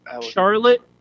Charlotte